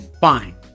fine